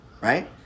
right